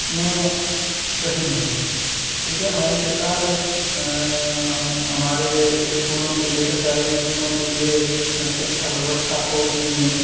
उतना सही नहीं है ठीक है हमारी सरकार हमारे स्कूलों के लिए सरकारी स्कूलों के लिए शिक्षा व्यवस्था को उतनी